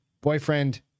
Boyfriend